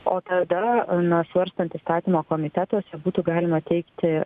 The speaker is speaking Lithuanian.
o tada na svarstant įstatymo komitetuose būtų galima teikti